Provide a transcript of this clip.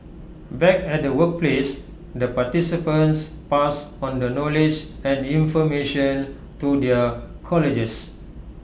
back at the workplace the participants pass on the knowledge and information to their colleagues